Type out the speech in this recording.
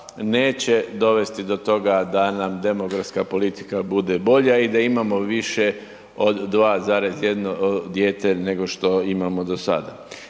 neće dovesti do toga da nam demografska politika bude bolja i da imamo više od 2,1 dijete nego što imamo do sada.